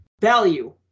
value